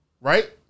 Right